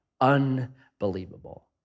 Unbelievable